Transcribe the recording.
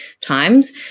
times